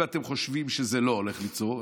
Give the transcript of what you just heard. אם אתם חושבים שזה לא הולך ליצור,